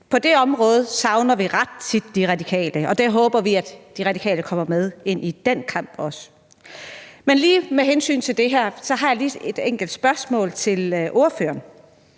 På det område savner vi ret tit De Radikale, og vi håber, at De Radikale kommer med ind i den kamp også. Men med hensyn til det her har jeg lige et enkelt spørgsmål til ordføreren: